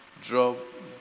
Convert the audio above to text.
Drop